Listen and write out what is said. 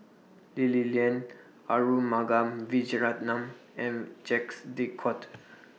Lee Li Lian Arumugam Vijiaratnam and Jacques De Coutre